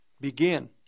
begin